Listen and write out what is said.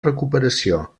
recuperació